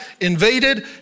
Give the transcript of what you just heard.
invaded